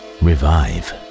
revive